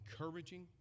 encouraging